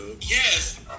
Yes